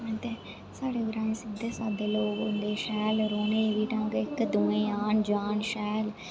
हां ते साढ़े ग्रां दे सिद्धे साद्दे लोक होंदे शैल रौह्ने गी ढंग इक दूआ औन जान शैल